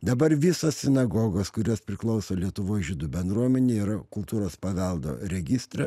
dabar visos sinagogos kurios priklauso lietuvos žydų bendruomenei yra kultūros paveldo registre